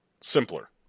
Simpler